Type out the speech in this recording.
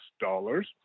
dollars